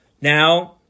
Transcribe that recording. Now